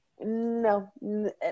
no